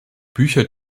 bücher